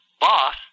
boss